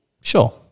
sure